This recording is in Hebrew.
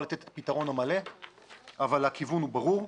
לתת את הפתרון המלא אבל הכיוון הוא ברור.